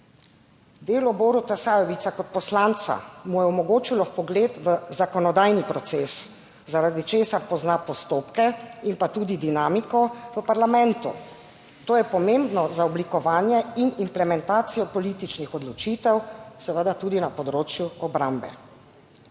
Delo Boruta Sajovica kot poslanca mu je omogočilo vpogled v zakonodajni proces, zaradi česar pozna postopke in pa tudi dinamiko v parlamentu. To je pomembno za oblikovanje in implementacijo političnih odločitev, seveda tudi na področju **26.